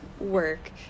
work